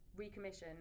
recommission